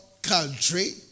country